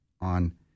on